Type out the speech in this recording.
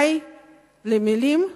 די למלים,